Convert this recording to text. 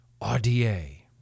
RDA